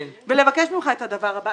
אני רוצה לבקש ממך את הדבר הבא,